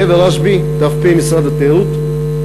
קבר רשב"י, ת"פ משרד התיירות,